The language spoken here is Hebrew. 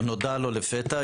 נודע לו לפתע,